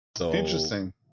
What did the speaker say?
Interesting